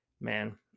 Man